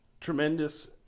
tremendous